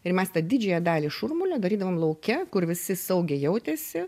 ir mes tą didžiąją dalį šurmulio darydavom lauke kur visi saugiai jautėsi